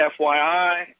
FYI